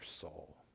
soul